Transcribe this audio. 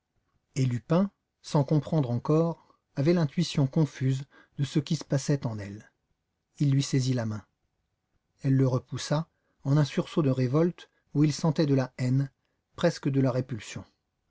et lupin sans comprendre encore avait l'intuition confuse de ce qui se passait en elle il lui saisit la main elle le repoussa en un sursaut de révolte où il sentait de la haine presque de la répulsion